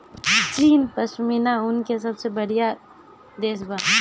चीन पश्मीना ऊन के सबसे बड़ियार देश बा